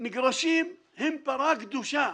מגרשים הם פרה קדושה.